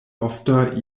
ofta